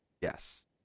yes